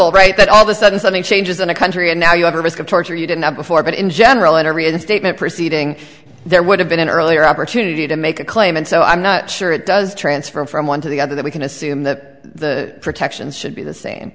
all right that all the sudden something changes in a country and now you have a risk of torture you didn't have before but in general at every other statement preceeding there would have been an earlier opportunity to make a claim and so i'm not sure it does transfer from one to the other that we can assume that the protections should be the same